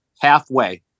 halfway